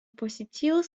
посетил